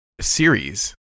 series